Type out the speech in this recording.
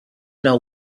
know